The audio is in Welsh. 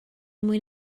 mwyn